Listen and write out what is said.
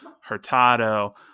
Hurtado